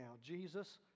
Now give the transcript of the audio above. jesus